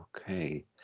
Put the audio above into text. Okay